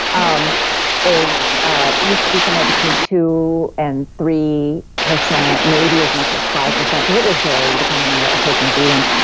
um is ah used to be somewhere between two and three maybe as much as five percent because it would vary depending on what a person was eating,